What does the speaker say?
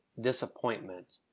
disappointment